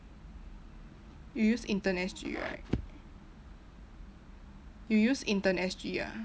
you use intern S_G right you use intern S_G ah